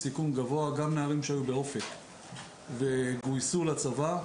גם נערים שהיו באופק וגויסו לצבא.